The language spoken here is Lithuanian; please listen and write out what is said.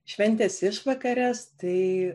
šventės išvakarės tai